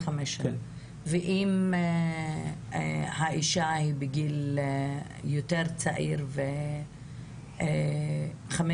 ואם האישה היא בגיל צעיר יותר וחמש